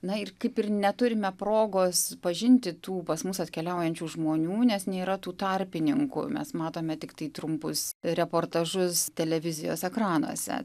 na ir kaip ir neturime progos pažinti tų pas mus atkeliaujančių žmonių nes nėra tų tarpininkų mes matome tiktai trumpus reportažus televizijos ekranuose